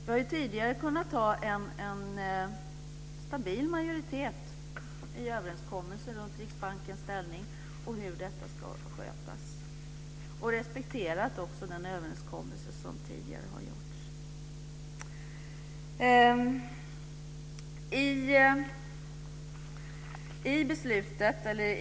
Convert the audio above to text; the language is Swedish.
Vi har ju tidigare kunnat ha en stabil majoritet i överenskommelser runt Riksbankens ställning och hur detta ska skötas och också respekterat den överenskommelse som tidigare har gjorts.